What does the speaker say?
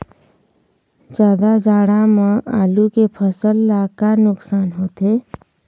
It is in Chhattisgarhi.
जादा जाड़ा म आलू के फसल ला का नुकसान होथे?